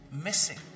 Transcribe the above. missing